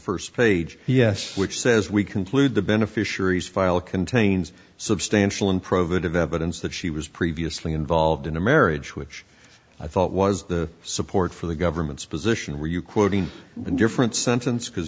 st page yes which says we conclude the beneficiaries file contains substantial and prohibitive evidence that she was previously involved in a marriage which i thought was the support for the government's position where you quoting different sentence because